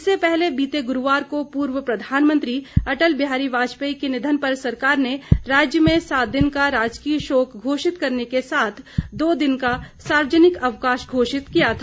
इससे पहले बीते गुरूवार को पूर्व प्रधानमंत्री अटल बिहारी वाजपेयी के निधन पर सरकार ने राज्य में सात दिन का राजकीय शोक घोषित करने के साथ दो दिन का सार्वजनिक अवकाश घोषित किया था